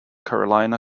carolina